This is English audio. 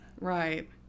Right